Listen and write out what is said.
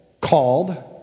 called